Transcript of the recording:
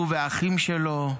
הוא והאחים שלו,